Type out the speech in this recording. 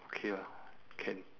okay lah can